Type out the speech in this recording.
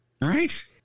Right